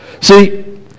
See